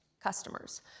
customers